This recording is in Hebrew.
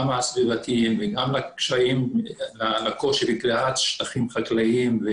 גם הסביבתיים וגם על הקושי לגריעת שטחים חקלאיים,